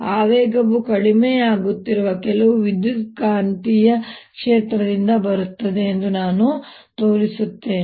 ಆವೇಗವು ಕಡಿಮೆಯಾಗುತ್ತಿರುವ ಕೆಲವು ವಿದ್ಯುತ್ಕಾಂತೀಯ ಕ್ಷೇತ್ರದಿಂದ ಬರುತ್ತದೆ ಎಂದು ನಾನು ತೋರಿಸುತ್ತೇನೆ